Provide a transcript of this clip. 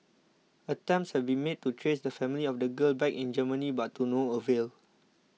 attempts have been made to trace the family of the girl back in Germany but to no avail